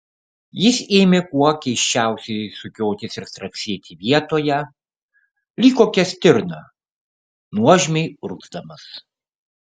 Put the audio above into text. jis ėmė kuo keisčiausiai sukiotis ir straksėti vietoje lyg kokia stirna nuožmiai urgzdamas